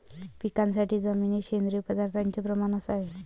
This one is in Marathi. पिकासाठी जमिनीत सेंद्रिय पदार्थाचे प्रमाण असावे